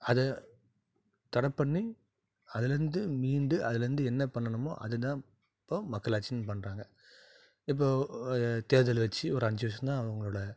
அதை தடை பண்ணி அதுலேருந்து மீண்டு அதுலேருந்து என்ன பண்ணணுமோ அது தான் இப்போது மக்களாட்சின்னு பண்ணுறாங்க இப்போது தேர்தல் வச்சு ஒரு அஞ்சு வருஷம் தான் அவங்களோட